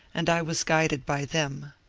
and i was guided by them.